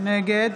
נגד